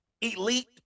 elite